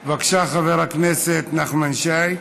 בבקשה, חבר הכנסת נחמן שי.